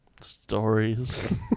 Stories